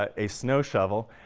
ah a snow shovel,